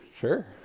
sure